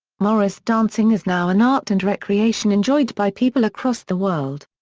morris dancing is now an art and recreation enjoyed by people across the world.